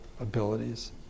abilities